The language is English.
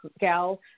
gal